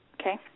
Okay